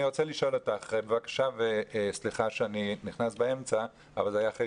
אני רוצה לשאול אותך וסליחה שאני נכנס באמצע דבריך.